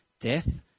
death